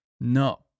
No